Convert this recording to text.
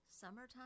summertime